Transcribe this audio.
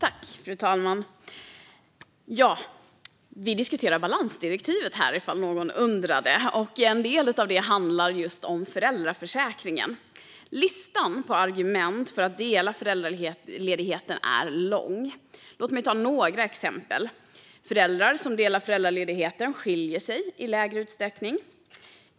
Fru talman! Vi diskuterar balansdirektivet här, om någon undrade. En del av det handlar om föräldraförsäkringen. Listan över argument för att dela föräldraledigheten är lång. Låt mig ta några exempel: Föräldrar som delar på föräldraledigheten skiljer sig i mindre utsträckning.